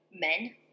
men